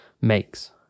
makes